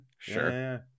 sure